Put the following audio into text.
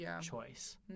choice